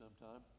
sometime